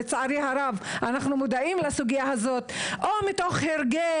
לצערי הרב אנחנו מודעים לסוגיה הזו או מתוך הרגל,